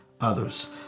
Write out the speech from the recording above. others